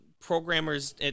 programmers